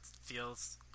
feels